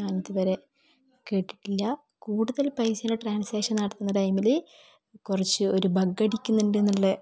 ഞാൻ ഇതു വരെ കേട്ടിട്ടില്ല കൂടുതൽ പൈസയുടെ ട്രാൻസാക്ഷൻ നടത്തുന്ന ടൈമിൽ കുറച്ച് ഒരു ബഗ്ഗ് അടിക്കുന്നുണ്ടെന്നുള്ള